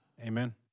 Amen